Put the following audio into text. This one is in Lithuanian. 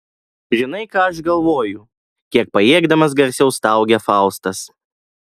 žinai ką aš galvoju kiek pajėgdamas garsiau staugia faustas